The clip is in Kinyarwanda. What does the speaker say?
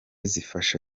zifasha